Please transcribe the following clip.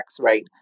right